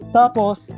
tapos